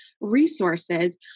resources